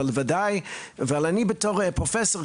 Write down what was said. אבל בוודאי שאני בתור פרופסור,